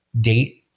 date